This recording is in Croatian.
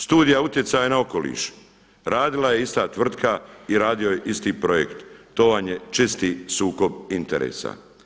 Studija utjecaja na okoliš, radila je ista tvrtka i radio je isti projekt, to vam je čisti sukob interesa.